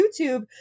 YouTube